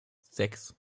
sechs